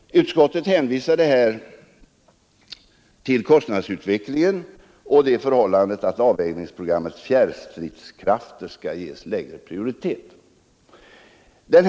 Utskottet hänvisade till kostnadsutvecklingen och det förhållandet att avvägningsprogrammets fjärrstridskrafter skall ges lägre prioritet.